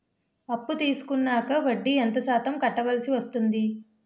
అప్పు తీసుకున్నాక వడ్డీ ఎంత శాతం కట్టవల్సి వస్తుంది?